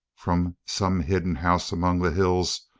from some hidden house among the hills,